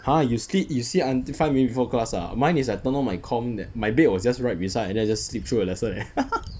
!huh! you sleep you sle~ until five minutes before class ah mine is I turn on my com th~ my bed was just right beside then I just sleep through the lesson leh